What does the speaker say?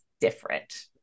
different